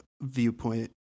viewpoint